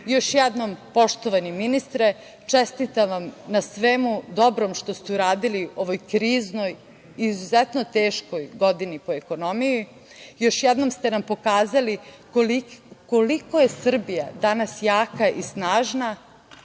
jednom, poštovani ministre, čestitam vam na svemu dobrom što ste uradili u ovoj kriznoj i izuzetno teškoj godini po ekonomiji. Još jednom ste nam pokazali koliko je Srbija danas jaka i snažna,